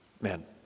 Man